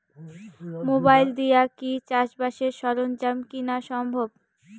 Mobile দিয়া কি চাষবাসের সরঞ্জাম কিনা সম্ভব?